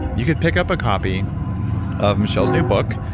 you could pick up a copy of michele's new book,